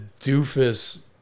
doofus